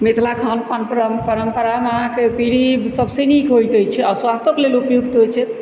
मिथिला खान पान परम्परामे अहाँकेँ पीढ़ी सबसँ नीक होइत अछि आ स्वास्थ्योके लेल उपयुक्त होइत छै